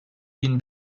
bin